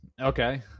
okay